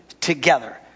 together